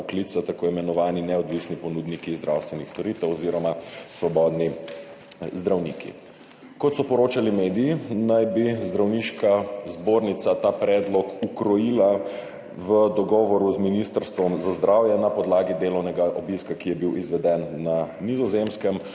poklica, tako imenovani neodvisni ponudniki zdravstvenih storitev oziroma svobodni zdravniki. Kot so poročali mediji, naj bi Zdravniška zbornica ta predlog ukrojila v dogovoru z Ministrstvom za zdravje na podlagi delovnega obiska, ki je bil izveden na Nizozemskem,